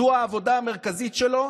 זו העבודה המרכזית שלו,